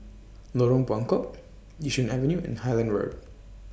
Lorong Buangkok Yishun Avenue and Highland Road